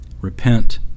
repent